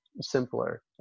Simpler